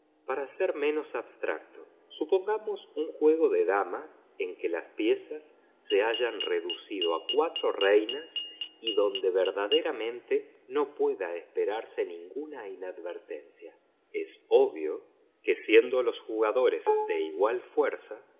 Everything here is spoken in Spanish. para ser menos abstracto supongamos un juego de damas en que las piezas se hayan reducido a cuatro reinas y donde verdaderamente no pueda esperarse ninguna inadvertencia es obvio que siendo los jugadores de igual fuerza